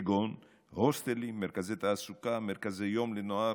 כגון הוסטלים, מרכזי תעסוקה, מרכזי יום לנוער,